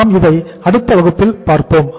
நாம் இதை அடுத்த வகுப்பில் பார்ப்போம்